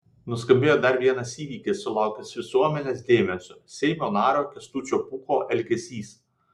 nuskambėjo dar vienas įvykis sulaukęs visuomenės dėmesio seimo nario kęstučio pūko elgesys